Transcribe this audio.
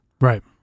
Right